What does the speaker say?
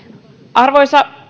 arvoisa